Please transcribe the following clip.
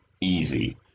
easy